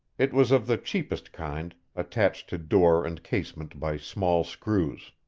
it was of the cheapest kind, attached to door and casement by small screws.